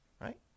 right